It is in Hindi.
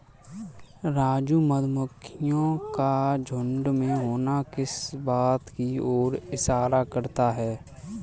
राजू मधुमक्खियों का झुंड में होना किस बात की ओर इशारा करता है?